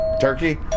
Turkey